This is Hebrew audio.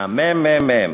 מהממ"מ,